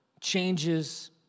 changes